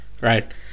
Right